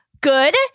Good